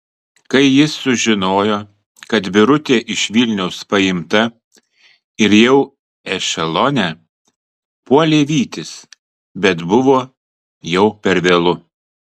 kai jis sužinojo kad birutė iš vilniaus paimta ir jau ešelone puolė vytis bet buvo jau per vėlu